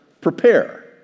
prepare